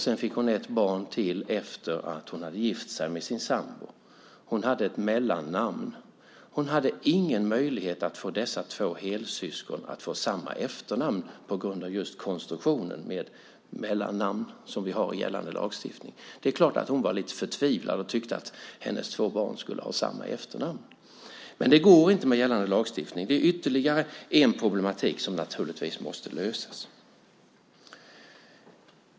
Sedan fick hon ett barn till efter att hon hade gift sig med sin sambo. Hon hade ett mellannamn. Hon hade ingen möjlighet att få dessa två helsyskon att få samma efternamn på grund av konstruktionen med mellannamn, som vi har i gällande lagstiftning. Det är klart att hon var förtvivlad och tyckte att hennes två barn skulle ha samma efternamn. Men det går inte med gällande lagstiftning. Det är ytterligare en problematik som naturligtvis måste lösas.